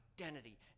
identity